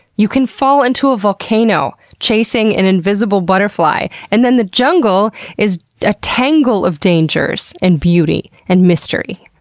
you can fall into a volcano chasing an invisible butterfly, and then the jungle is a tangle of dangers and beauty and mystery.